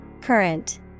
Current